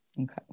Okay